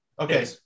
Okay